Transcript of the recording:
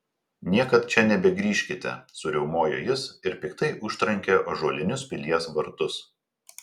niekad čia nebegrįžkite suriaumojo jis ir piktai užtrenkė ąžuolinius pilies vartus